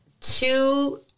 two